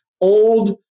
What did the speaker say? old